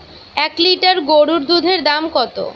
এক লিটার গোরুর দুধের দাম কত?